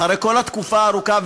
אחרי כל התקופה הארוכה,